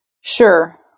Sure